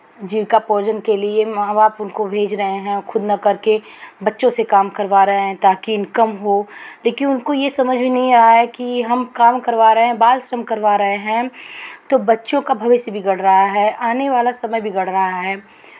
जीविकोपार्जन के लिए माँ बाप उनको भेज रहे हैं खुद ना करके बच्चों से काम करवा रहे हैं ताकि इनकम हो लेकिन उनको ये समझ में नहीं आया है कि हम काम करवा रहे हैं बाल श्रम करवा रहे हैं तो बच्चों का भविष्य बिगड़ रहा है आने वाला समय बिगड़ रहा है